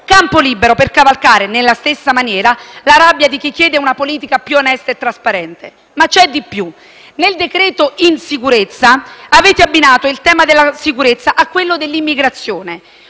campo libero per cavalcare nella stessa maniera la rabbia di chi chiede una politica più onesta e trasparente. Ma c'è di più. Nel "decreto insicurezza" avete abbinato il tema della sicurezza a quello dell'immigrazione;